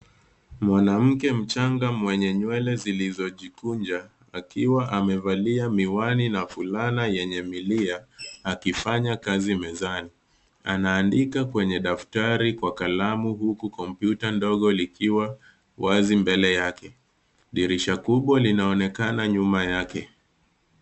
Mwanamke mchanga mwenye nywele zilizojikunja akiwa amevalia miwani na fulana yenye milia, akifanya kazi mezani. Anaandika kwenye daftari kwa kalamu huku kompyuta ndogo likiwa wazi mbele yake. Dirisha kubwa linaonekana nyuma yake.